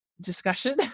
discussion